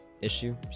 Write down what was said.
issue